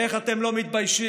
איך אתם לא מתביישים